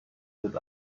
lit